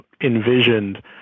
envisioned